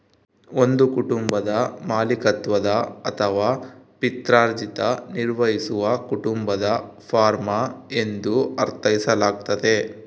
ಒಂದು ಕುಟುಂಬದ ಮಾಲೀಕತ್ವದ ಅಥವಾ ಪಿತ್ರಾರ್ಜಿತ ನಿರ್ವಹಿಸುವ ಕುಟುಂಬದ ಫಾರ್ಮ ಎಂದು ಅರ್ಥೈಸಲಾಗ್ತತೆ